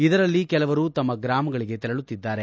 ಇದರಲ್ಲಿ ಕೆಲವರು ತಮ್ನ ಗ್ರಾಮಗಳಿಗೆ ತೆರಳುತ್ತಿದ್ದಾರೆ